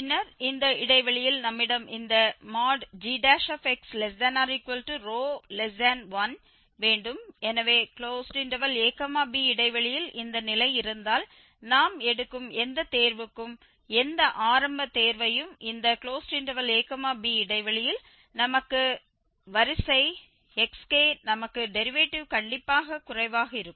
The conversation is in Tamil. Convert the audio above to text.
பின்னர் இந்த இடைவெளியில் நம்மிடம் இந்த gx≤ρ1 வேண்டும் எனவே ab இடைவெளியில் இந்த நிலை இருந்தால் நாம் எடுக்கும் எந்த தேர்வுக்கும் எந்த ஆரம்ப தேர்வையும் இந்த ab இடைவெளியில் நமக்கு வரிசை xk நமக்கு டெரிவேட்டிவ் கண்டிப்பாக குறைவாக இருக்கும்